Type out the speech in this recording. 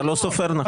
אתה לא סופר נכון.